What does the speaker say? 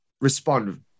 respond